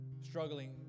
struggling